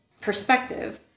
perspective